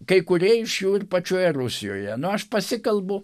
kai kurie iš jų ir pačioje rusijoje nu aš pasikalbu